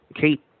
Kate